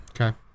Okay